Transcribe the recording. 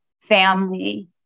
family